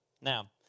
Now